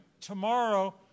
tomorrow